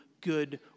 good